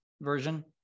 version